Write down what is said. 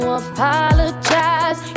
apologize